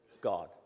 God